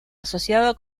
asociado